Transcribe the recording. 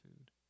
food